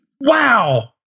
Wow